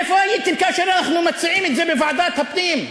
איפה הייתם כאשר אנחנו מציעים את זה בוועדת הפנים?